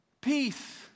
peace